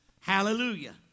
Hallelujah